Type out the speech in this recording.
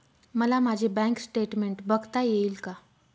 मला माझे bank statement बघता येईल का?